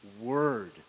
word